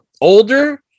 older